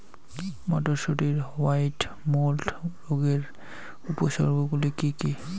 মটরশুটির white mould রোগের উপসর্গগুলি কী কী?